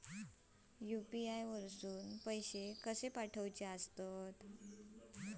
UPI वरसून पैसे कसे पाठवचे?